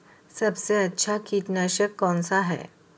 सबसे अच्छा कीटनाशक कौनसा है?